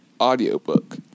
audiobook